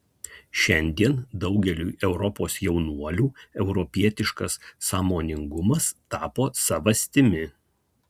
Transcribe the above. šiandien daugeliui europos jaunuolių europietiškas sąmoningumas tapo savastimi